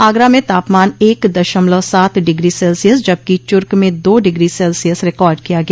आगरा म तापमान एक दशमलव सात डिग्री सेल्सियस जबकि चुर्क में दो डिग्री सेल्सियस रिकार्ड किया गया